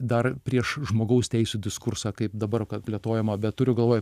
dar prieš žmogaus teisių diskursą kaip dabar plėtojama bet turiu galvoj